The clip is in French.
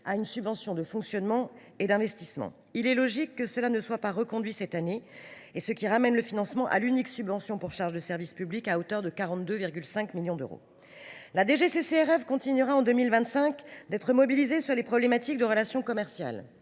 à une subvention de fonctionnement et d’investissement. Il est logique que ces dépenses ne soient pas reconduites cette année, ce qui ramène le financement à l’unique subvention pour charges de service public à hauteur de 42,5 millions d’euros. La DGCCRF continuera en 2025 d’être mobilisée sur les questions de relations commerciales.